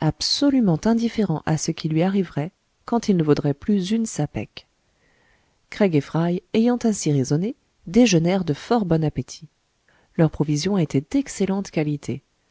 absolument indifférents à ce qui lui arriverait quand il ne vaudrait plus une sapèque craig et fry ayant ainsi raisonné déjeunèrent de fort bon appétit leurs provisions étaient d'excellente qualité